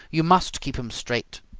you must keep em straight.